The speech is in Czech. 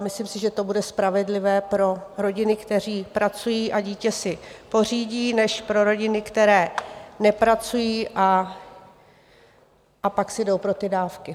Myslím si, že to bude spravedlivé pro rodiny, které pracují a dítě si pořídí, než pro rodiny, které nepracují a pak si jdou pro ty dávky.